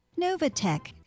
Novatech